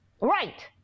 Right